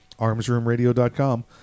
armsroomradio.com